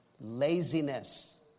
Laziness